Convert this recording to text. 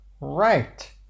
right